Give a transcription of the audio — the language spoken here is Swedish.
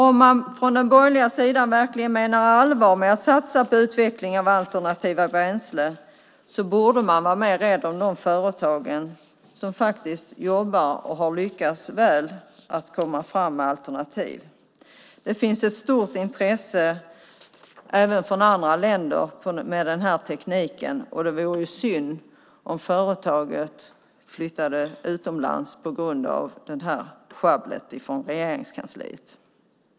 Om man från den borgerliga sidan verkligen menar allvar med att satsa på utveckling av alternativa bränslen borde man vara mer rädd om de företag som jobbar och har lyckats väl med att komma fram med alternativ. Det finns ett stort intresse även från andra länder för den här tekniken, och det vore synd om företag flyttade utomlands på grund av det här sjabblet från Regeringskansliet.